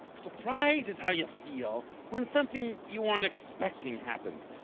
surprise is how you feel when something you aren't expecting happens.